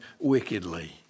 wickedly